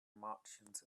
martians